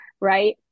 right